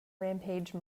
rampage